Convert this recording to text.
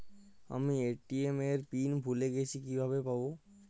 আমি এ.টি.এম এর পিন ভুলে গেছি কিভাবে পাবো?